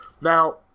Now